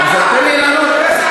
אז תן לי לענות.